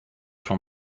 from